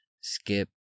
Skip